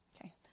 Okay